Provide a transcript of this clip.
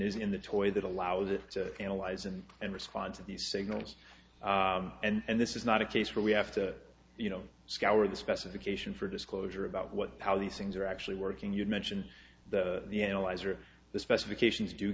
is in the toy that allows it to analyze and and respond to these signals and this is not a case where we have to you know scour the specification for disclosure about what how these things are actually working you mention the analyzer the specifications do